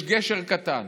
יש גשר קטן: